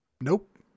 Nope